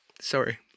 Sorry